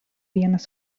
vienas